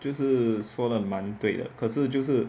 就是说得蛮对的可是就是